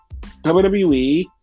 WWE